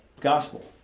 gospel